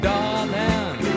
Darling